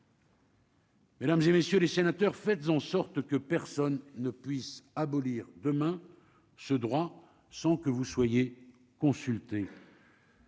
Mesdames et messieurs les sénateurs, faites en sorte que personne ne puisse abolir demain ce droit sans que vous soyez consultez.